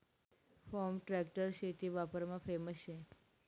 form tractor शेती वापरमा famous शे